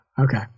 Okay